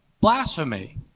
blasphemy